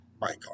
Michael